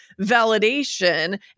validation